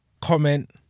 comment